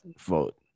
vote